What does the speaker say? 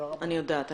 אני יודעת.